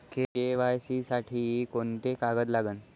KYC साठी कोंते कागद लागन?